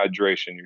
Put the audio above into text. hydration